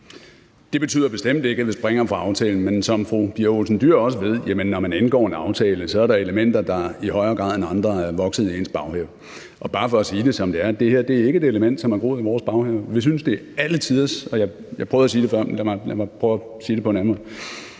Det betyder bestemt ikke, at vi springer fra aftalen, men som fru Pia Olsen Dyhr også ved, er der, når man indgår en aftale, elementer, der i højere grad end andre er vokset i ens baghave. Det er bare for at sige det, som det er, for det her er ikke et element, som har groet i vores baghave. Jeg prøvede at sige det før, men lad mig så prøve at sige det på en anden måde.